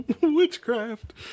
Witchcraft